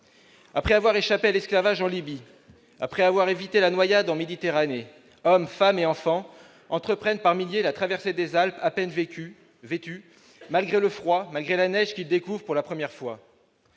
Après avoir échappé à l'esclavage en Libye, après avoir évité la noyade en Méditerranée, hommes, femmes et enfants entreprennent par milliers la traversée des Alpes, à peine vêtus, malgré le froid, malgré la neige qu'ils découvrent pour la première fois.